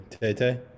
Tay-Tay